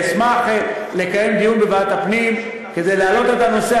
אני אשמח לקיים דיון בוועדת הפנים כדי להעלות את הנושא